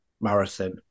marathon